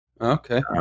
Okay